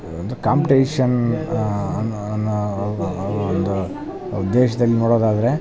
ಒಂದು ಕಾಂಪ್ಟೇಷನ್ ಅನ್ನೋ ಅನ್ನೋ ಒಂದು ಉದೇಶ್ದಲ್ಲಿ ನೊಡೊದಾದರೆ